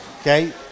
Okay